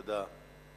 תודה.